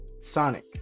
Sonic